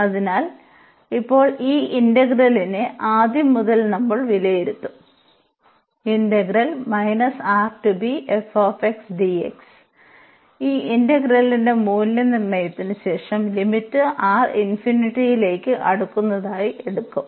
അതിനാൽ ഇപ്പോൾ ഈ ഇന്റഗ്രലിനെ ആദ്യം മുതൽ നമ്മൾ വിലയിരുത്തും ഈ ഇന്റഗ്രലിന്റെ മൂല്യനിർണ്ണയത്തിന് ശേഷം ലിമിറ്റ് R ലേക്ക് അടുക്കുന്നതായി എടുക്കും